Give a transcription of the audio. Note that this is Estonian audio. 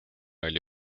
oli